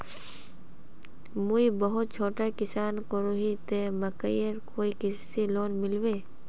मुई बहुत छोटो किसान करोही ते मकईर कोई कृषि लोन मिलबे?